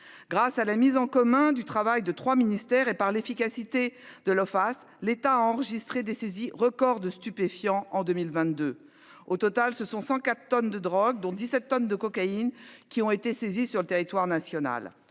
Grâce à la mise en commun du travail de 3 ministères et par l'efficacité de l'OFAS, l'État enregistré des saisies records de stupéfiants en 2022, au total ce sont 104 tonnes de drogue dont 17 tonnes de cocaïne qui ont été saisies sur le territoire national